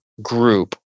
Group